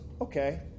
okay